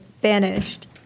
banished